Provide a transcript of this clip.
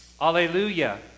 Hallelujah